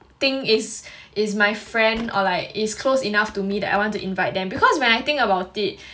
think is is my friend or like is close enough to me that I want to invite them because when I think about it